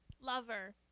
Lover